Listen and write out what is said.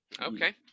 Okay